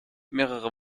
mehrere